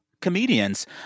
comedians